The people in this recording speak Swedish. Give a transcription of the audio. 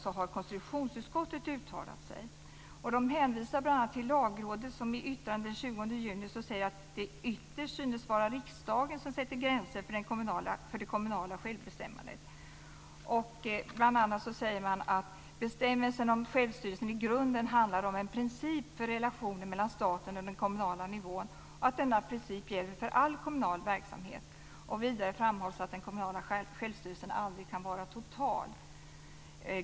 Där har konstitutionsutskottet uttalat sig och hänvisar bl.a. till Lagrådet, som i yttrande den 20 juni säger att det ytterst synes vara riksdagen som sätter gränser för det kommunala självbestämmandet. Bl.a. säger man att bestämmelsen om självstyrelsen i grunden handlar om en princip för relationen mellan staten och den kommunala nivån och att denna princip gäller för all kommunal verksamhet. Vidare framhålls att den kommunala självstyrelsen aldrig kan vara total.